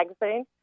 Magazine